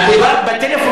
אני ואת מסכימים.